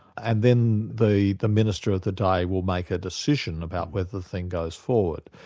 and then the the minister of the day will make a decision about whether the thing goes forward,